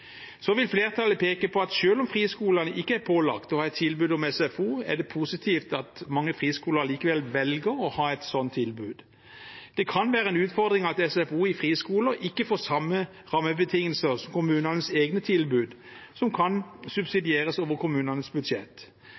Så vil flertallet peke på at selv om friskolene ikke er pålagt å ha tilbud om SFO, er det positivt at mange friskoler allikevel velger å ha et slikt tilbud. Det kan være en utfordring at SFO i friskoler ikke får de samme rammebetingelser som kommunenes egne tilbud, som kan subsidieres over kommunenes budsjett.